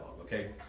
Okay